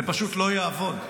זה פשוט לא יעבוד.